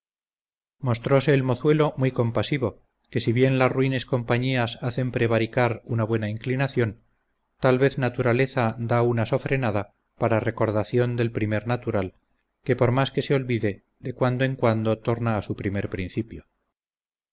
mostrose el mozuelo muy compasivo que si bien las ruines compañías hacen prevaricar una buena inclinación tal vez naturaleza da una sofrenada para recordación del primer natural que por más que se olvide de cuando en cuando torna a su primer principio